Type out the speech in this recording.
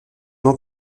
non